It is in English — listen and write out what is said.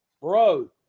Bro